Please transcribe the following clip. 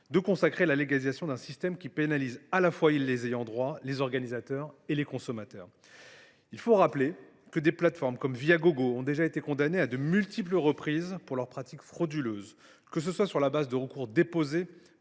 de consacrer dans la loi un système qui pénalise à la fois les ayants droit, les organisateurs et les consommateurs. Des plateformes comme Viagogo ont déjà été condamnées à de multiples reprises pour leurs pratiques frauduleuses, sur la base de recours déposés